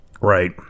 Right